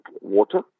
water